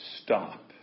stop